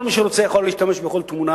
כל מי שרוצה יכול להשתמש בכל תמונה,